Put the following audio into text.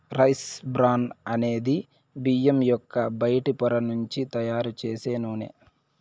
rice bran అనేది బియ్యం యొక్క బయటి పొర నుంచి తయారు చేసే నూనె